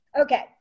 Okay